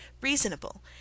reasonable